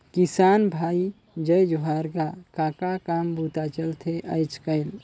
किसान भाई जय जोहार गा, का का काम बूता चलथे आयज़ कायल?